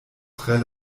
tre